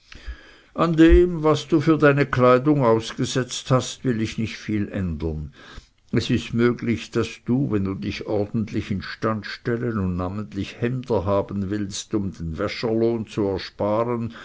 an dem was du für deine kleidung angesetzt hast will ich nicht viel ändern es ist möglich daß du wenn du dich ordentlich instand stellen und namentlich hemder haben willst um den wascherlohn zu ersparen